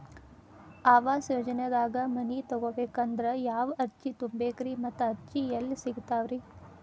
ಆವಾಸ ಯೋಜನೆದಾಗ ಮನಿ ತೊಗೋಬೇಕಂದ್ರ ಯಾವ ಅರ್ಜಿ ತುಂಬೇಕ್ರಿ ಮತ್ತ ಅರ್ಜಿ ಎಲ್ಲಿ ಸಿಗತಾವ್ರಿ?